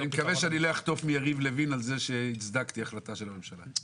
ואני מקווה שאני לא אחטוף מיריב לוין על זה שהצדקתי החלטה של הממשלה.